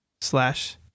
Slash